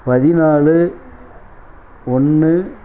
பதினாலு ஒன்று